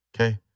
okay